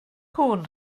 cŵn